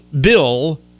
bill